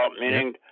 meaning